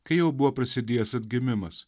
kai jau buvo prasidėjęs atgimimas